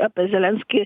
apie zelenskį